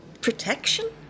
Protection